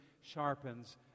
sharpens